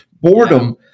Boredom